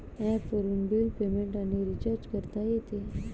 ॲपवरून bill payment आणि recharge करता येते